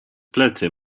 plecy